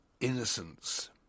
innocence